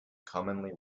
commonly